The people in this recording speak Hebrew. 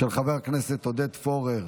של חבר הכנסת עודד פורר,